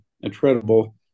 incredible